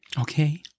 Okay